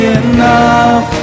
enough